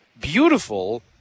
beautiful